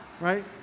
right